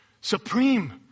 supreme